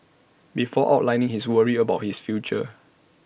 before outlining his worries about his future